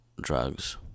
drugs